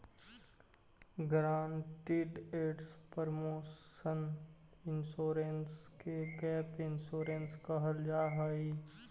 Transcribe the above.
guaranteed एसड proportion insurance के gap insurance कहल जाऽ हई